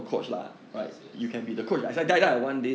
yes yes